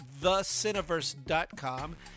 thecineverse.com